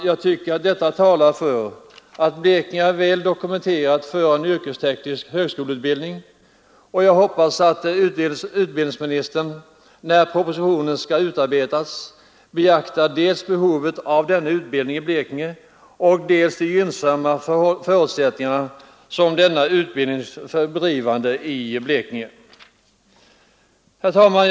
Jag tycker att detta talar för att Blekinge är väl lämpat för en förläggning av en yrkesteknisk högskoleutbildning, och jag hoppas att utbildningsministern när propositionen skall utarbetas beaktar dels behovet av denna utbildning i Blekinge, dels de gynnsamma förutsättningarna för denna utbildnings bedrivande i Blekinge. Herr talman!